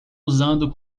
usando